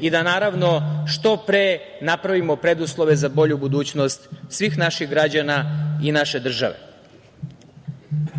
i da naravno što pre napravimo preduslove za bolju budućnost svih naših građana i naše države. Što